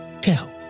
tell